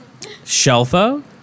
shelfo